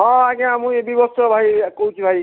ହଁ ହଁ ଆଜ୍ଞା ମୁଁ ଏଇ କହୁଛି ଭାଇ